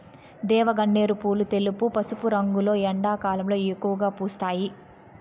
దేవగన్నేరు పూలు తెలుపు, పసుపు రంగులో ఎండాకాలంలో ఎక్కువగా పూస్తాయి